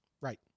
Right